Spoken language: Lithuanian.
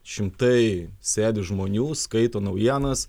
šimtai sėdi žmonių skaito naujienas